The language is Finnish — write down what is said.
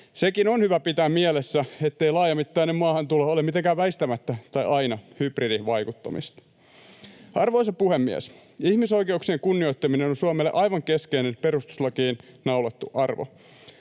Sekin on hyvä pitää mielessä, ettei laajamittainen maahantulo ole mitenkään väistämättä tai aina hybridivaikuttamista. Arvoisa puhemies! Ihmisoikeuksien kunnioittaminen on Suomelle aivan keskeinen, perustuslakiin naulattu arvo.